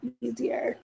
easier